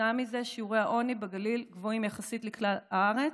וכתוצאה מזה שיעורי העוני בגליל גבוהים יחסית לכלל הארץ.